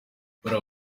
buriya